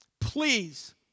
Please